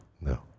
no